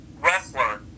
wrestler